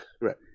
right